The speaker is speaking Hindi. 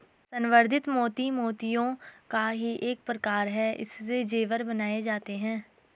संवर्धित मोती मोतियों का ही एक प्रकार है इससे जेवर बनाए जाते हैं